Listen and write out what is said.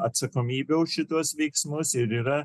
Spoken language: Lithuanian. atsakomybę už šituos veiksmus ir yra